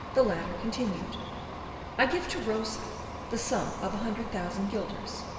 the latter continued i give to rosa the sum of a hundred thousand guilders,